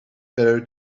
better